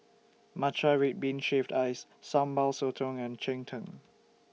Matcha Red Bean Shaved Ice Sambal Sotong and Cheng Tng